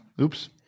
oops